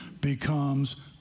becomes